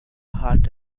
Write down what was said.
heart